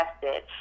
tested